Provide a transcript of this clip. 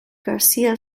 garcia